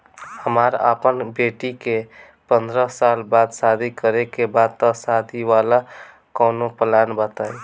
हमरा अपना बेटी के पंद्रह साल बाद शादी करे के बा त शादी वाला कऊनो प्लान बताई?